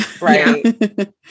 right